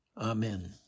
Amen